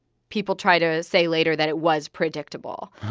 people try to say later that it was predictable